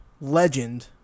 legend